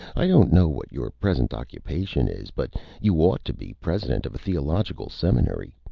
i don't know what your present occupation is, but you ought to be president of a theological seminary.